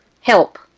Help